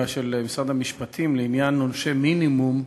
בהתנגדות של משרד המשפטים לעניין עונשי מינימום,